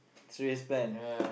straightaway spend